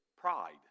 pride